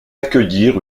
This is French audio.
accueillir